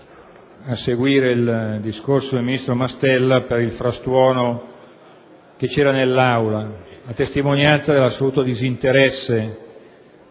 seguire il discorso del ministro Mastella per il frastuono che c'era in Aula, a testimonianza dell'assoluto disinteresse